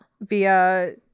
via